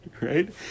Right